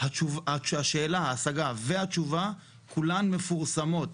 - ההשגה והתשובה, כולם מפורסמות.